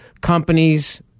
companies